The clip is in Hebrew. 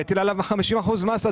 יטיל עליו 50 אחוזים מס.